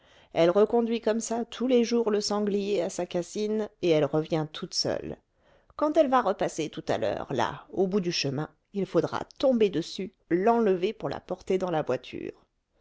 elle reconduit comme ça tous les jours le sanglier à sa cassine et elle revient toute seule quand elle va repasser tout à l'heure là au bout du chemin il faudra tomber dessus l'enlever pour la porter dans la voiture